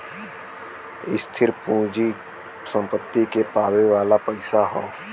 स्थिर पूँजी सम्पत्ति के पावे वाला पइसा हौ